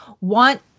want